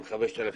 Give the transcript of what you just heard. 5,000,